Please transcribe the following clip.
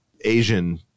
Asian